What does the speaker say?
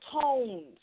tones